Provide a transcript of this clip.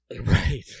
Right